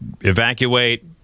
evacuate